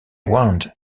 warned